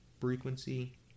Frequency